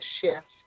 shift